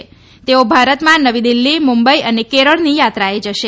બંને ભારતમાં નવી દિલ્હી મુંબઈ અને કેરળની યાત્રાએ જશે